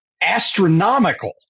astronomical